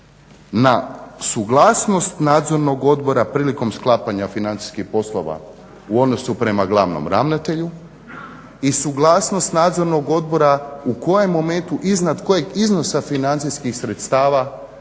na suglasnost nadzornog odbora prilikom sklapanja financijskih poslova u odnosu prema glavnom ravnatelju i suglasnost nadzornog odbora u kojem momentu iznad kojeg iznosa financijskih sredstava